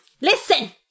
Listen